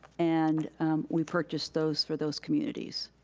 and we purchased those for those communities.